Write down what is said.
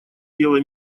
дела